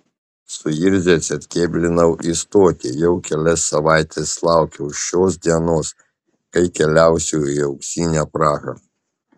suirzęs atkėblinau į stotį jau kelias savaites laukiau šios dienos kai keliausiu į auksinę prahą